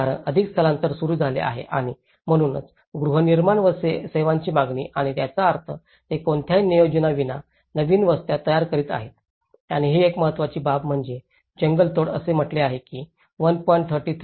कारण अधिक स्थलांतरण सुरू झाले आहे आणि म्हणूनच गृहनिर्माण व सेवांची मागणी आणि याचा अर्थ ते कोणत्याही नियोजनविना नवीन वस्त्या तयार करीत आहेत आणि ही एक महत्त्वाची बाब म्हणजे जंगलतोड असे म्हटले आहे की 1